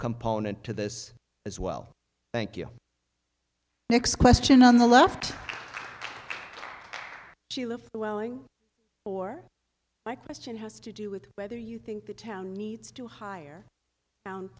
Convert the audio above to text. component to this as well thank you next question on the left she live for my question has to do with whether you think the town needs to hire